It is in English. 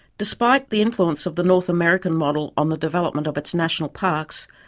despite the influence of the north american model on the development of its national parks,